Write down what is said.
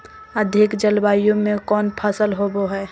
अधिक जलवायु में कौन फसल होबो है?